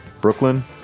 Brooklyn